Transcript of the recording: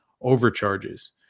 overcharges